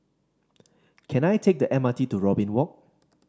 can I take the M R T to Robin Walk